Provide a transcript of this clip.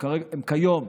כיום,